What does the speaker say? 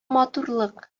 матурлык